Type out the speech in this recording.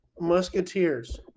Musketeers